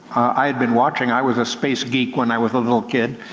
i had been watching. i was a space geek when i was a little kid.